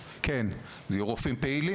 כן, אלה יהיו רופאים פעילים.